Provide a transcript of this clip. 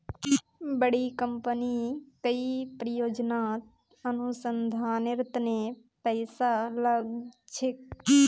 बड़ी कंपनी कई परियोजनात अनुसंधानेर तने पैसा लाग छेक